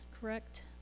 correct